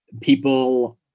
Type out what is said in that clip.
people